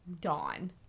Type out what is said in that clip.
dawn